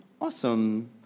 Awesome